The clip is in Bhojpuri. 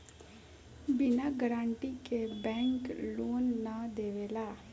बिना गारंटी के बैंक लोन ना देवेला